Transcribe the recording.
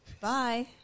Bye